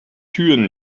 türen